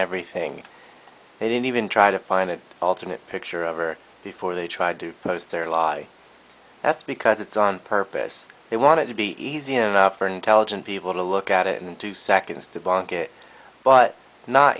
everything they didn't even try to find an alternate picture ever before they tried to post their lie that's because it's on purpose they want to be easy enough for intelligent people to look at it in two seconds to bonk it but not